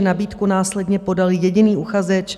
Nabídku následně podal jediný uchazeč.